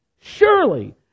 Surely